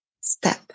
step